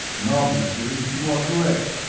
and obviously you are correct.